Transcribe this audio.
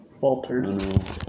faltered